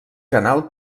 canal